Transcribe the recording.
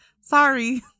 Sorry